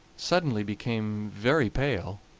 suddenly became very pale,